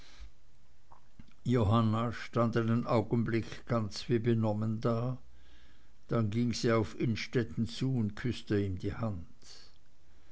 johanna stand einen augenblick ganz wie benommen da dann ging sie auf innstetten zu und küßte ihm die hand